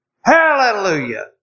Hallelujah